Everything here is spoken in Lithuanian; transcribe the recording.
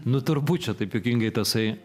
nu turbūt čia taip juokingai tasai